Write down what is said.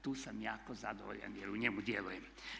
Tu sam jako zadovoljan jer u njemu djelujem.